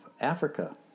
Africa